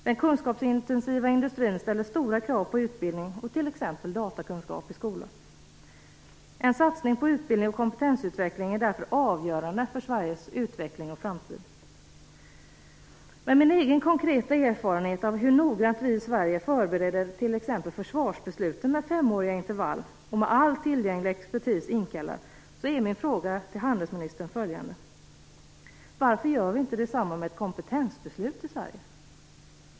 Den kunskapsintensiva industrin ställer stora krav på utbildning och exempelvis datakunskap i skolan. En satsning på utbildning och kompetensutveckling är därför avgörande för Sveriges utveckling i framtiden. Med min egen konkreta erfarenhet av hur noggrannt vi i Sverige förbereder t.ex. försvarsbesluten med femåriga intervaller, med all tillgänglig expertis inkallad, är min fråga till handelsministern: Varför gör vi inte på samma sätt med ett kompetensbeslut i Sverige?